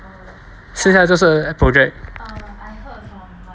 剩下就是 project